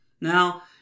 Now